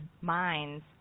mines